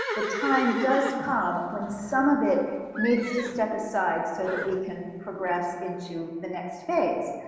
the time does come when some of it needs to step aside so that we can progress into the next phase.